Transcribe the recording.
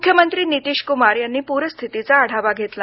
मुख्यमंत्री नितीश कुमार यांनी पूरस्थितीचा आढावा घेतला